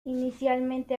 inicialmente